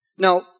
Now